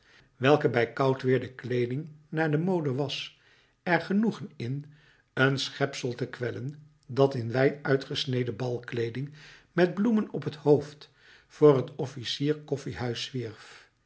welke bij koud weer de kleeding naar de mode was er genoegen in een schepsel te kwellen dat in wijd uitgesneden balkleeding met bloemen op het hoofd voor het officierskoffiehuis zwierf